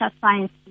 science